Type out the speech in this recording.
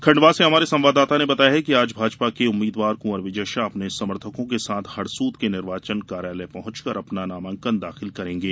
खंडवा से हमारे संवाददाता ने बताया है कि आज भाजपा के उम्मीद्वार कुंवर विजय शाह अपने समर्थकों के साथ हरसूद के निर्वाचन कार्यालय पहॅचकर अपना नामांकन प्रस्तुत करेंगे